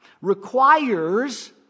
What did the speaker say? requires